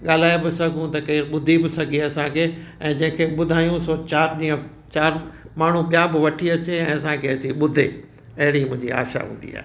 ॻाल्हाए बि सघूं त केरु ॿुधी बि सघे असांखे ऐं जेके ॿुधायूं सो चारि जीअं चारि माण्हू ॿिया बि वठी अचे ऐं असांखे अची ॿुधे अहिड़ी मुंहिंजी आशा हूंदी आहे